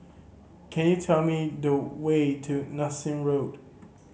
can you tell me the way to Nassim Road